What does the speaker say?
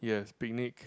yes picnic